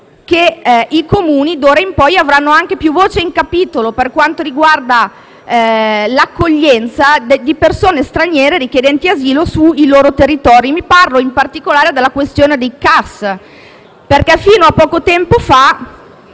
che i Comuni d'ora in poi avranno anche più voce in capitolo per quanto riguarda l'accoglienza di stranieri richiedenti asilo sui loro territori. Mi riferisco in particolare alla questione dei CAS, perché fino a poco tempo fa